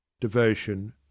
devotion